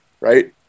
right